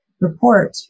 report